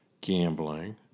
gambling